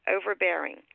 overbearing